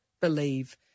believe